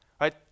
right